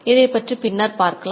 இதைப் பற்றி பின்னர் பார்க்கலாம்